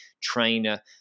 trainer